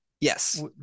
Yes